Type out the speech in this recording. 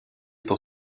pour